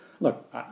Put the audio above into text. Look